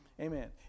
Amen